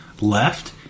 left